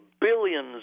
billions